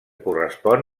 correspon